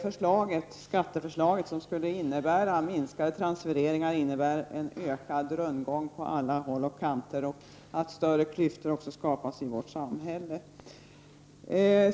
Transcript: Det skatteförslag som skulle innebära minskade transfereringar utgör en ökad rundgång på alla håll och kanter, och allt större klyftor skapas i samhället.